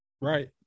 right